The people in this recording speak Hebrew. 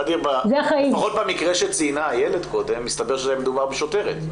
לפחות במקרה שציינה איילת קודם מסתבר שמדובר בשוטרת,